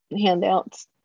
handouts